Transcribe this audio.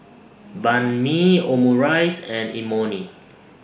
Banh MI Omurice and Imoni